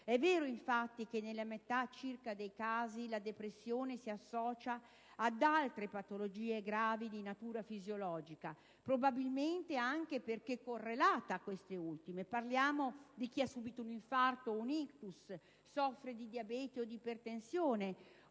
È vero infatti che in circa la metà dei casi la depressione si associa ad altre patologie gravi di natura fisiologica, probabilmente anche perché correlata a queste ultime. Parliamo di chi ha subito un infarto o un *ictus*, soffre di diabete o di ipertensione,